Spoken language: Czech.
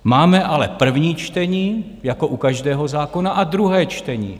Máme ale první čtení jako u každého zákona a druhé čtení.